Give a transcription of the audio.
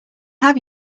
have